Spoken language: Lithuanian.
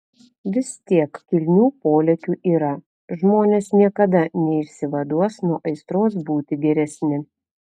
vis tiek kilnių polėkių yra žmonės niekada neišsivaduos nuo aistros būti geresni